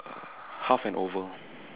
half an oval